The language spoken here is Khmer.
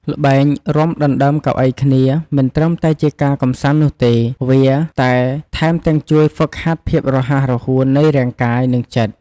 ល្បែងរាំដណ្តើមកៅអីគ្នា មិនត្រឹមតែជាការកម្សាន្តនោះទេ វាតែថែមទាំងជួយហ្វឹកហាត់ភាពរហ័សរហួននៃរាងកាយ និងចិត្ត។